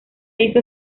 hizo